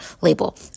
label